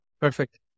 Perfect